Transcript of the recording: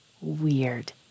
weird